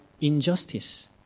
injustice